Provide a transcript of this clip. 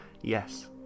Yes